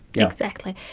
exactly,